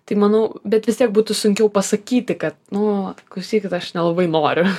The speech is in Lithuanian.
tai manau bet vis tiek būtų sunkiau pasakyti kad nu klausykit aš nelabai noriu